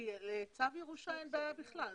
במקרה של צו ירושה אין בעיה בכלל.